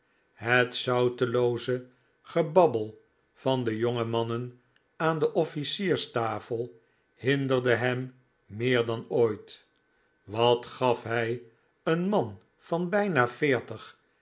het zoutelooze gebabbel van de jonge mannen aan de officierstafel hinderde hem meer dan ooit wat gaf hij een man van bijna veertig